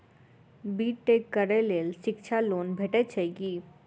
B Tech करै लेल शिक्षा लोन भेटय छै की?